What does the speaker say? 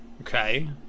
Okay